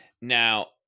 Now